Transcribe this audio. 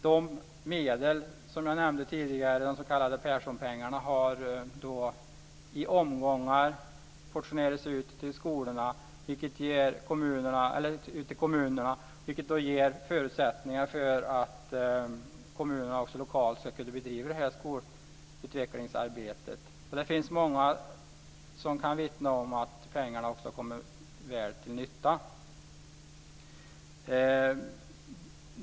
De medel som jag nämnde tidigare, de s.k. Perssonpengarna, har i omgångar portionerats ut till kommunerna, vilket ger förutsättningar för att kommunerna lokalt ska kunna bedriva skolutvecklingsarbetet. Det finns många som kan vittna om att pengarna också kommit väl till nytta.